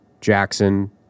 Jackson